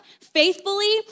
faithfully